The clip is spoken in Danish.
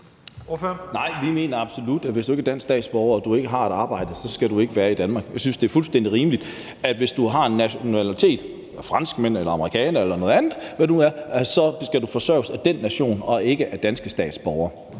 Nej, vi mener absolut, at hvis du ikke er dansk statsborger og ikke har et arbejde, skal du ikke være i Danmark. Vi synes, det er fuldstændig rimeligt, at hvis du har en anden nationalitet – hvis du er franskmand eller amerikaner eller noget andet – så skal du forsørges af den nation og ikke af danske statsborgere.